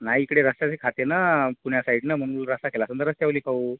नाही इकडे रश्शाशी खाते ना पुण्यासाईडनं म्हणून बोललो रस्सा केला असेल तर रश्श्यावाली खाऊ